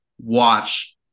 watch